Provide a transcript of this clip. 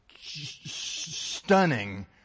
stunning